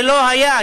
זה לא היה.